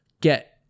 get